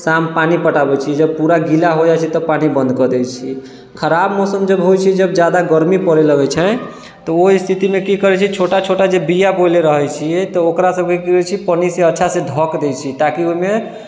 शाम पानी पटाबै छी जब पूरा गिला हो जाइ छै तब पानी बन्द कऽ दै छी खराब मौसम जब होइ छै जब जादा गर्मी पड़े लगै छै तऽ ओ स्थोितिमे की करै छै छोटा छोटा जे बिआ बोयले रहै छिऐ तऽ ओकरा सबकेँ की होइ छै कि पन्नी से अच्छा से ढक दै छी ताकि ओहिमे